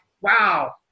wow